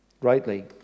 rightly